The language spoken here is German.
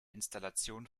installation